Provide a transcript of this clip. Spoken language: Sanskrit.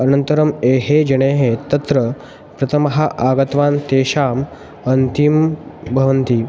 अनन्तरं ये जनाः तत्र प्रथमः आगतवान् तेषाम् अन्तिमं भवन्ति